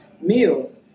meal